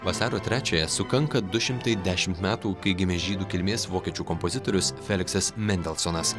vasario trečiąją sukanka du šimtai dešimt metų kai gimė žydų kilmės vokiečių kompozitorius feliksas mendelsonas